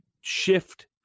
shift